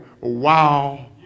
wow